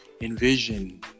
envision